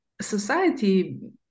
society